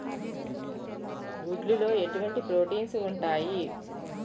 గుడ్లు లో ఎటువంటి ప్రోటీన్స్ ఉంటాయి?